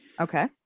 okay